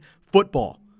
football